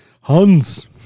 Hans